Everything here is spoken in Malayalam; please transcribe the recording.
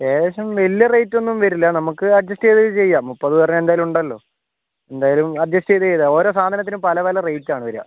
ഏകദേശം വലിയ റേറ്റ് ഒന്നും വരില്ല നമുക്ക് അഡ്ജസ്റ്റ് ചെയ്ത് അത് ചെയ്യാം മുപ്പത് പേരുടെ എന്തായാലും ഉണ്ടല്ലോ എന്തായാലും അഡ്ജസ്റ്റ് ചെയ്ത് ചെയ്തോ ഓരോ സാധനത്തിനും പല പല റേറ്റ് ആണ് വരുക